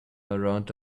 around